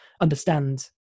understand